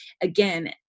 Again